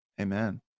Amen